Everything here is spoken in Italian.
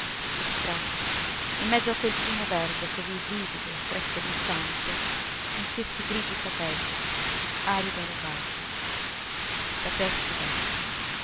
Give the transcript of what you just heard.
che strazio in mezzo a quel primo verde così vivido e fresco d'infanzia sentirsi grigi i capelli arida la barba sapersi vecchio